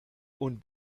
und